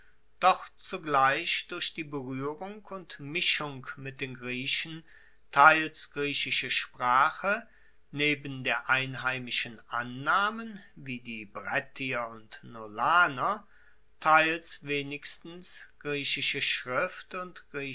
doch zugleich durch die beruehrung und mischung mit den griechen teils griechische sprache neben der einheimischen annahmen wie die brettier und nolaner teils wenigstens griechische schrift und